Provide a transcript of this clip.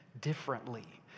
differently